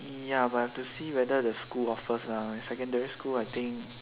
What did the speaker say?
ya but I have to see whether the school offers ah secondary school I think